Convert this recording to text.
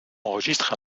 enregistre